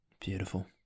Beautiful